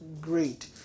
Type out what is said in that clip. Great